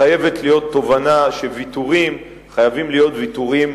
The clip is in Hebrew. חייבת להיות תובנה שוויתורים חייבים להיות ויתורים